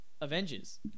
Avengers